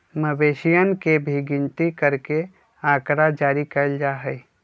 मवेशियन के भी गिनती करके आँकड़ा जारी कइल जा हई